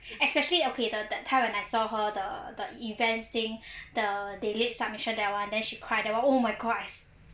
especially okay the that time when I saw her the the events thing the delayed submission that [one] then she cry that [one] oh my god I s~